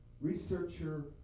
researcher